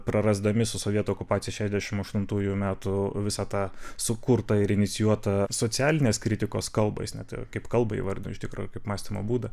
prarasdami su sovietų okupacija šešiasdešimt aštuntųjų metų visą tą sukurtą ir inicijuotą socialinės kritikos kalbą jis net kaip kalbą įvardino iš tikrųjų kaip mąstymo būdą